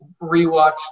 rewatched